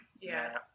Yes